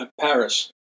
Paris